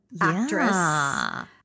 actress